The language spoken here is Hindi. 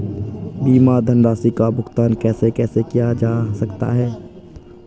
बीमा धनराशि का भुगतान कैसे कैसे किया जा सकता है?